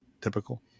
typical